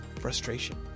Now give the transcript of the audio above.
frustration